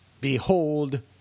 Behold